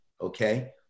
okay